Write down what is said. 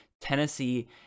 Tennessee